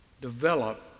Develop